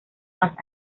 más